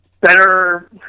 better